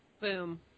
Boom